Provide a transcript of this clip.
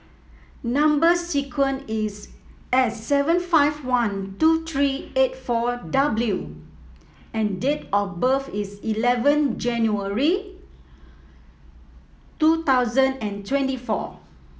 number sequence is S seven five one two three eight four W and date of birth is eleven January two thousand and twenty four